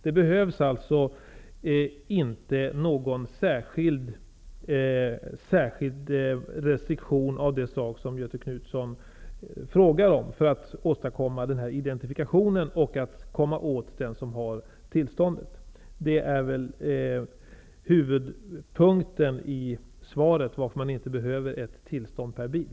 Det behövs inte några särskilda restriktioner, av det slag som Göthe Knutson frågar om, för att åstadkomma identifikationen och komma åt den som har tillståndet. Det är huvudpunkten i svaret på frågan varför man inte behöver införa en regel om ett tillstånd per bil.